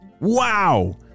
Wow